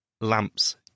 lamps